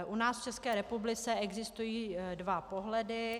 U nás v České republice existují dva pohledy.